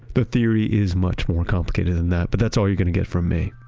the theory is much more complicated than that, but that's all you going to get from me.